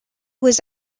was